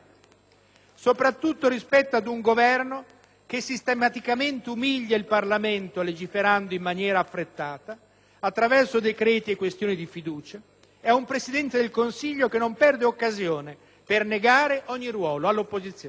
soprattutto rispetto ad un Governo che sistematicamente umilia il Parlamento, legiferando in maniera affrettata attraverso decreti-legge e questioni di fiducia e un Presidente del Consiglio che non perde occasione per negare ogni ruolo all'opposizione.